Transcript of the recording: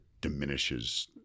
diminishes